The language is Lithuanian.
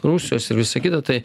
rusijos ir visa kita tai